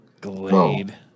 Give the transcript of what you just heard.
Glade